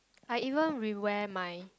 I even rewear my